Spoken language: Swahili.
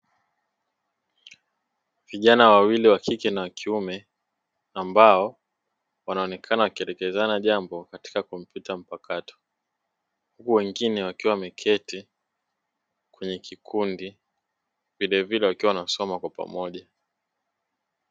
Vijana wawili wakike na wakiume ambao wanaonekana wakielekezana jambo katika kompyuta mpakato, huku wengine wakiwa wameketi kwenye kikundi vilevile wakiwa wanasoma kwa pamoja.